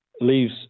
leaves